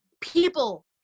people